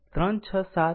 જ્યારે t τ 0